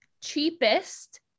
cheapest